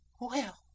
Well